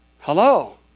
Hello